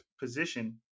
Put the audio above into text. position